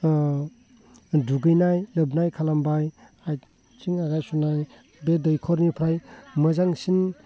दुगैनाय लोबनाय खालामबाय आथिं आखाइ सुनाय बे दैखरनिफ्राय मोजांसिन